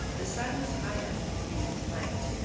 the sun was high up and beginning to bite.